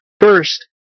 first